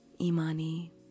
Imani